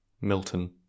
Milton